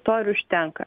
to ir užtenka